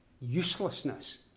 uselessness